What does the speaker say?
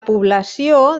població